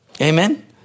Amen